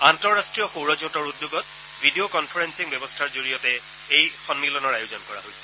আন্তঃৰাষ্ট্ৰীয় সৌৰজোঁটৰ উদ্যোগত ভিডিঅ' কনফাৰেন্সিং ব্যৱস্থাৰ জৰিয়তে এই সন্মিলনৰ আয়োজন কৰা হৈছে